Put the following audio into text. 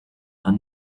are